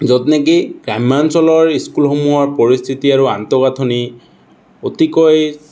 য'ত নেকি গ্ৰাম্যাঞ্চলৰ স্কুলসমূহৰ পৰিস্থিতি আৰু আন্তঃগাঁথনি অতিকৈ